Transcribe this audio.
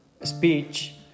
speech